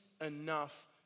enough